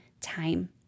time